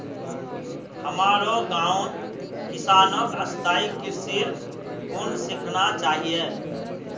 हमारो गांउत किसानक स्थायी कृषिर गुन सीखना चाहिए